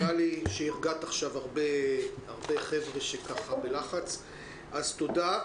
נראה לי שהרגעת עכשיו הרבה חבר'ה שבלחץ, תודה.